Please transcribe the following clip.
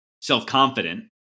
self-confident